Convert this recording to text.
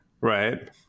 right